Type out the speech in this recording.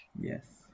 yes